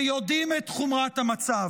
שיודעים את חומרת המצב,